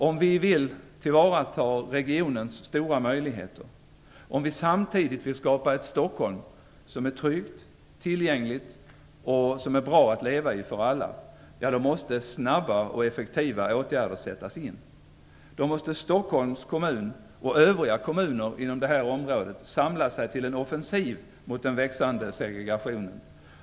Om vi vill tillvarata regionens stora möjligheter och om vi samtidigt vill skapa ett Stockholm som är tryggt, tillgängligt och bra att leva i för alla då måste snabba och effektiva åtgärder sättas in. Då måste Stockholms kommun och övriga kommuner inom det här området samla sig till en offensiv mot den växande segregationen.